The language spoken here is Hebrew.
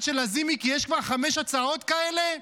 של לזימי כי יש כבר חמש הצעות כאלה?